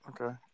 Okay